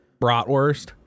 bratwurst